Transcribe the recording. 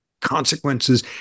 consequences